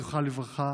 זכרה לברכה,